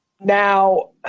Now